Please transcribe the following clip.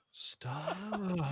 Stop